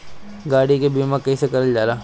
गाड़ी के बीमा कईसे करल जाला?